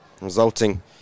resulting